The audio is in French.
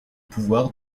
pouvoir